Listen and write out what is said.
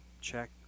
Check